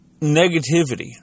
negativity